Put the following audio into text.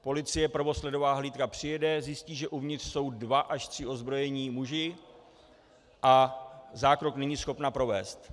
Policie, prvosledová hlídka, přijede, zjistí, že uvnitř jsou dva až tři ozbrojení muži, a zákrok není schopna provést.